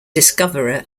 discoverer